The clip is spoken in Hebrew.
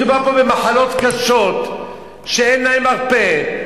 מדובר פה במחלות קשות שאין להן מרפא,